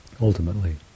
ultimately